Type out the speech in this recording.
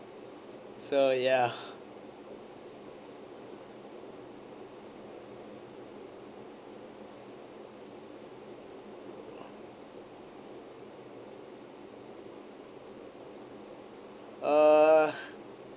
so ya uh